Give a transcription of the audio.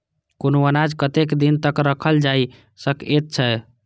कुनू अनाज कतेक दिन तक रखल जाई सकऐत छै?